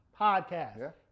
podcast